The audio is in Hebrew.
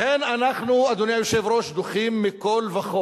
לכן אנחנו, אדוני היושב-ראש, דוחים מכול וכול